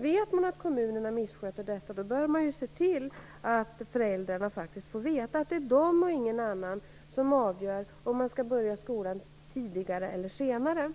Vet man att kommunerna missköter detta bör man se till att föräldrarna faktiskt får veta att det är de och inga andra som avgör om barnen skall börja skolan tidigare eller senare.